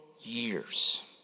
years